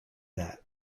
that